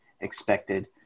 expected